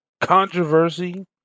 controversy